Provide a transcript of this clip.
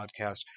podcast